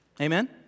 Amen